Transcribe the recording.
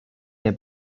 der